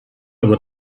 aber